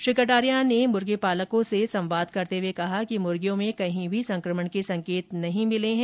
श्री कटारिया ने मुर्गीपालकों से संवाद करते हुए कहा कि मुर्गियों में कहीं भी संक्रमण के संकेत नहीं मिले हैं